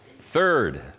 Third